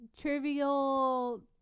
trivial